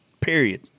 Period